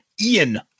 Ian